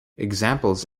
examples